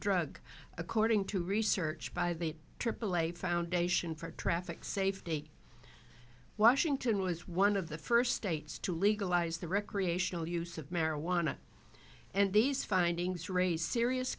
drug according to research by the aaa foundation for traffic safety a washington was one of the first states to legalize the recreational use of marijuana and these findings raise serious